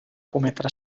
cometre